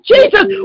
Jesus